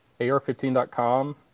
ar15.com